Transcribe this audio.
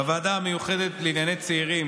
בוועדה המיוחדת לענייני הצעירים,